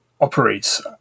operates